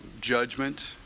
judgment